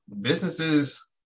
businesses